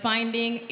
Finding